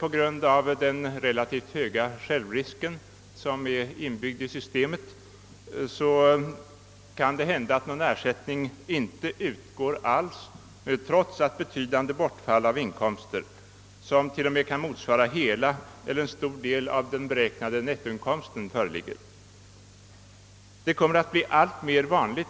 På grund av den relativt höga självrisk som är inbyggd i systemet kan det hända att någon ersättning alls inte utgår, trots att betydande bortfall av inkomster, som kanske motsvarar hela eller en stor del av den beräknade nettoinkomsten, föreligger. Detta förhållande kommer att bli alltmer vanligt